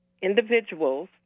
individuals